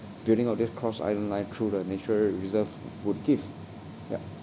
building of this cross island line through the nature reserve would give yup